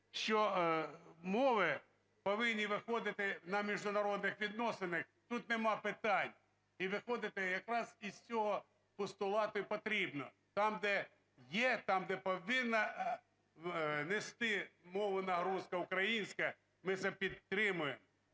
що мови повинні виходити на міжнародних відносинах. Тут нема питань, і виходити якраз із цього постулату і потрібно. Там, де є, там, де повинно нести мову на русско-українське, ми це підтримуємо